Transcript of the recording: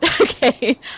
Okay